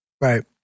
Right